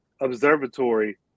observatory